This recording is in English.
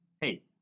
Hey